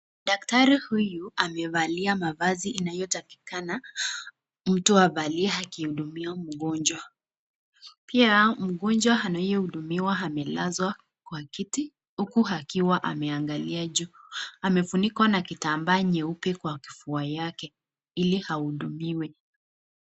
Daktari huyu amevalia mavazi inayotakikana mtu avalie akihudumiwa mgonjwa. Pia mgonjwa anayehudumiwa amelazwa kwa kiti huku akiwa ameangalia juu. Amefunikwa na kitambaa cheupe kwa kifua yake ili ahudumiwe.